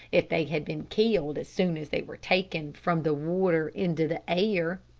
if they had been killed as soon as they were taken from the water into the air.